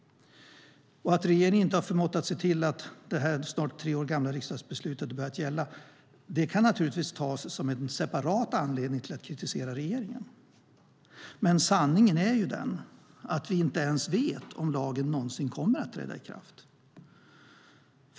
Att regeringen inte har förmått att se till att det här snart tre år gamla riksdagsbeslutet har börjat gälla kan naturligtvis tas som en separat anledning till att kritisera regeringen. Men sanningen är ju den att vi inte ens vet om lagen någonsin kommer att träda i kraft.